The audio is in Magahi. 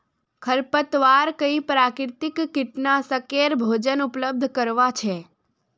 खरपतवार कई प्राकृतिक कीटनाशकेर भोजन उपलब्ध करवा छे